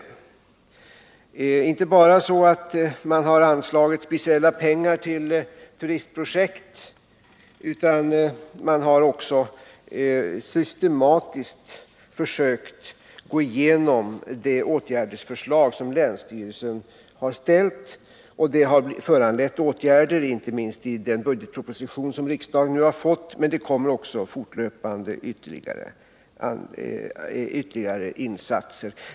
Det är inte bara så att man har anslagit speciella pengar till turistprojekt, utan man har också systematiskt försökt gå igenom det förslag till åtgärder som länsstyrelsen lagt fram. Det har föranlett åtgärder inte minst i den budgetproposition som riksdagen nu har fått. Men det kommer också fortlöpande ytterligare insatser.